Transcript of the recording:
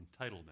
entitlement